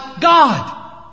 God